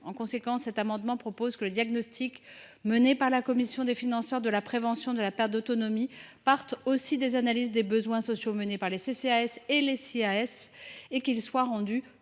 proposé, par cet amendement, que le diagnostic réalisé par la commission des financeurs de la prévention de la perte d’autonomie s’appuie sur les analyses des besoins sociaux menées par les CCAS et les CIAS, et qu’il soit rendu